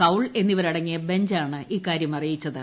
കൌൾ എന്നിവരടങ്ങിയ ബഞ്ചാണ് ഇക്കാര്യം അറിയിച്ചത്